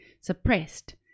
suppressed